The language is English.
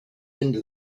into